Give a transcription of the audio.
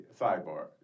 sidebar